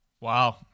Wow